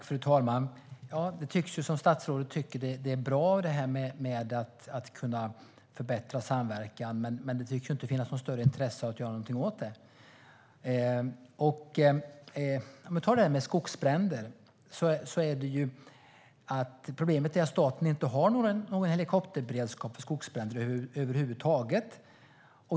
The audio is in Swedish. Fru talman! Statsrådet verkar tycka att det är bra att kunna förbättra samverkan, men det tycks inte finnas något större intresse för att göra något åt det. Vi kan ta detta med skogsbränder. Problemet är att staten inte har någon helikopterberedskap för skogsbränder över huvud taget.